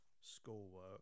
schoolwork